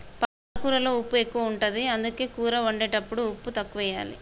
పాలకూరలో ఉప్పు ఎక్కువ ఉంటది, అందుకే కూర వండేటప్పుడు ఉప్పు తక్కువెయ్యాలి